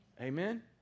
Amen